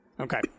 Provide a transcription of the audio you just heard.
Okay